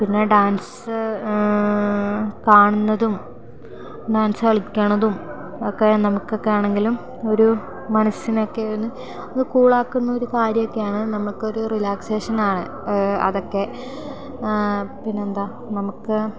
പിന്നെ ഡാൻസ് കാണുന്നതും ഡാൻസ് കളിക്കണതും ഒക്കെ നമുക്കൊക്കെ ആണെങ്കിലും ഒരു മനസ്സിനൊക്കെയൊന്ന് ഒന്ന് കൂളാക്കുന്ന ഒരു കാര്യമൊക്കെയാണ് നമക്കൊരു റിലാക്സേഷനാണ് അതൊക്കെ പിന്നെന്താ നമുക്ക്